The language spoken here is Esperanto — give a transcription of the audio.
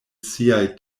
siaj